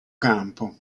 campo